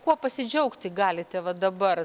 kuo pasidžiaugti galite va dabar